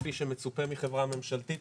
כפי שמצופה מחברה ממשלתית,